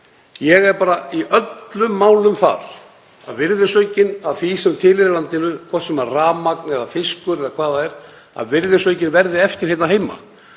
Ég er bara í öllum málum þar, að virðisaukinn af því sem tilheyrir landinu, hvort sem það er rafmagn eða fiskur eða hvað það er, verði eftir hérna heima.